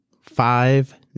five